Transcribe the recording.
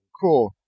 Cool